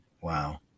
Wow